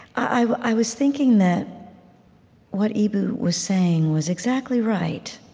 i was thinking that what eboo was saying was exactly right.